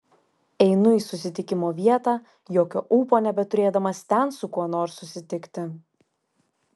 einu į susitikimo vietą jokio ūpo nebeturėdamas ten su kuo nors susitikti